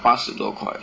八十多块